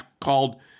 called